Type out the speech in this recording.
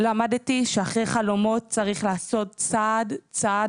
למדתי שאחרי חלומות צריך לעשות צעד-צעד